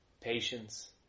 patience